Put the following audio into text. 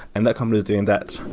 and that company is doing that?